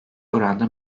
oranda